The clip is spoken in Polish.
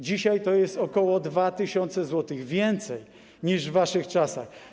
Dzisiaj to jest ok. 2 tys. więcej niż w waszych czasach.